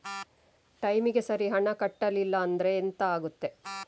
ಟೈಮಿಗೆ ಸರಿ ಹಣ ಕಟ್ಟಲಿಲ್ಲ ಅಂದ್ರೆ ಎಂಥ ಆಗುತ್ತೆ?